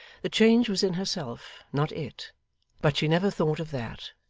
the change was in herself, not it but she never thought of that,